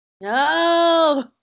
No